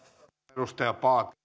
arvoisa